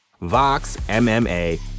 VOXMMA